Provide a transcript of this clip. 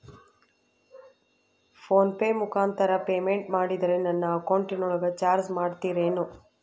Phone pay ಮುಖಾಂತರ payment ಮಾಡಿದರೆ ನನ್ನ ಅಕೌಂಟಿನೊಳಗ ಚಾರ್ಜ್ ಮಾಡ್ತಿರೇನು?